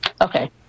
Okay